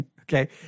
okay